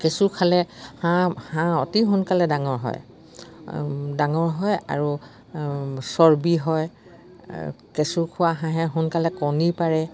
কেঁচু খালে হাঁহ হাঁহ অতি সোনকালে ডাঙৰ হয় ডাঙৰ হয় আৰু চৰ্বি হয় কেঁচু খোৱা হাঁহে সোনকালে কণী পাৰে